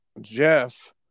Jeff